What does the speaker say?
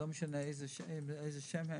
לא משנה מה השם של זה,